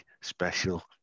special